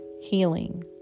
healing